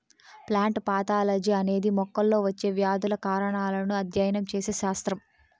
plant pathology అనేది మొక్కల్లో వచ్చే వ్యాధుల కారణాలను అధ్యయనం చేసే శాస్త్రం